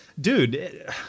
Dude